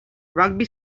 rugby